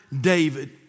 David